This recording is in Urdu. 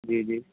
جی جی